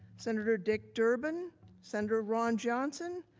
senator dick durbin, senator ron johnson,